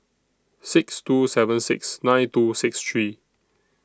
six two seven six nine two six three